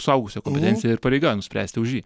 suaugusio kompetencija ir pareiga nuspręsti už jį